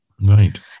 Right